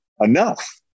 enough